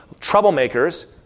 troublemakers